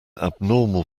abnormal